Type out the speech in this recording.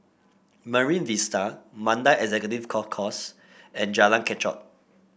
Marine Vista Mandai Executive Golf Course and Jalan Kechot